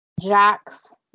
jack's